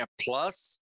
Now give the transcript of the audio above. plus